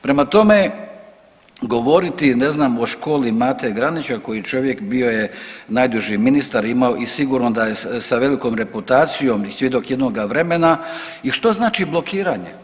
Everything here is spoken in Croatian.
Prema tome, govoriti ne znam o školi Mate Granića koji čovjek bio je najduži ministar, imao i sigurno da je sa velikom reputacijom i svjedok jednoga vremena i što znači blokiranje.